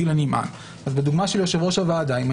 אז הורדתי את כל הספאם.